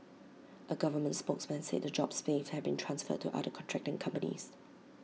A government spokesman said the jobs saved had been transferred to other contracting companies